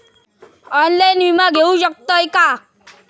Online विमा घेऊ शकतय का?